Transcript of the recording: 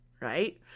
Right